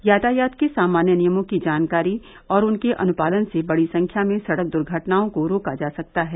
यातायात के सामान्य नियमों की जानकारी और उनके अनुपालन से बड़ी संख्या में सड़क दूर्घटनाओं को रोका जा सकता है